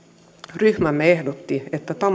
ryhmämme ehdotti että